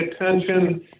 attention